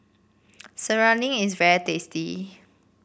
serunding is very tasty